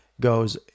goes